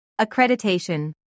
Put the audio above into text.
Accreditation